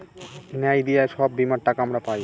ন্যায় দিয়ে সব বীমার টাকা আমরা পায়